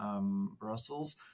Brussels